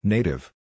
Native